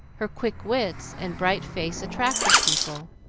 her quick wits and bright face attracted people,